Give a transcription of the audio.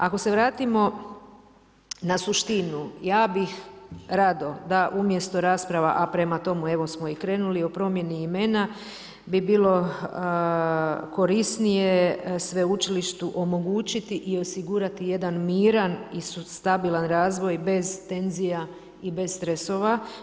Ako se vratimo na suštinu, ja bih rado da umjesto rasprava a prema tomu evo smo i krenuli, o promjeni imena bi bilo korisnije sveučilištu omogućiti i osigurati jedan miran i stabilan razvoj bez tenzija i bez stresova.